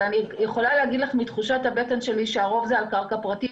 אבל אני יכולה להגיד לך מתחושת הבטן שלי שהרוב זה על קרקע פרטית